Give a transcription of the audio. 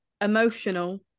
Emotional